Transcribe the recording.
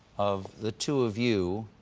of the two of you.